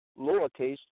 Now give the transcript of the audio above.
lowercase